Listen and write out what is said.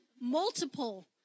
multiple